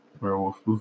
werewolf